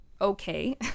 okay